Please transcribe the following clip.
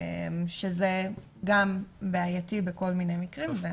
שזה גם בעייתי בכל מיני מקרים.